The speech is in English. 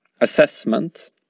assessment